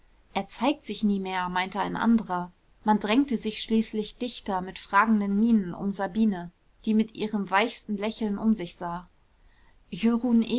er zeigt sich nie mehr meinte ein anderer man drängte sich schließlich dichter mit fragenden mienen um sabine die mit ihrem weichsten lächeln um sich sah jörun